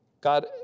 God